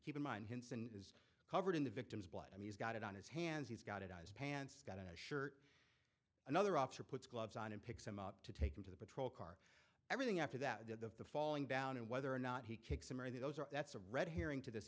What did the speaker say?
keep in mind henson is covered in the victim's blood i mean he's got it on his hands he's got it on his pants got on a shirt another officer puts gloves on and picks him up to take him to the patrol car everything after that the falling down and whether or not he kicks him or those are that's a red herring to this